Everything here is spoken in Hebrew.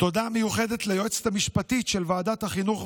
תודה מיוחדת ליועצת המשפטית של ועדת החינוך,